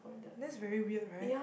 that's very weird right